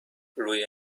روی